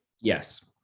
yes